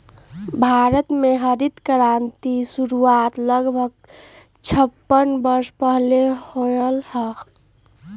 भारत में हरित क्रांति के शुरुआत लगभग छप्पन वर्ष पहीले होलय हल